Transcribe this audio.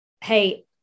hey